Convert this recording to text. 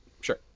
Sure